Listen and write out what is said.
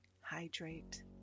Hydrate